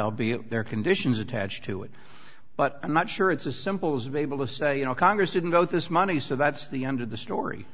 albeit their conditions attached to it but i'm not sure it's as simple as of able to say you know congress didn't know this money so that's the end of the story